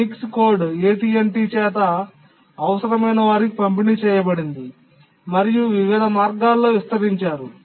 Unix code AT T చేత అవసరమైన వారికి పంపిణీ చేయబడింది మరియు వివిధ మార్గాల్లో విస్తరించారు